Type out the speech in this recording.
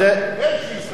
הם שהשתמשו,